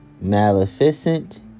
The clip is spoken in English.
maleficent